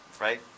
right